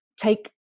take